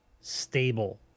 stable